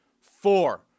four